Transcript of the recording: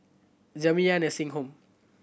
Jamiyah Nursing Home